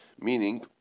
meaning